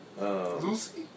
Lucy